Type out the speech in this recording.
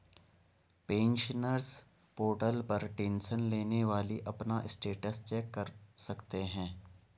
pensioners portal पर tension लेने वाली अपना स्टेटस चेक कर सकते हैं